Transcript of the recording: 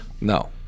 No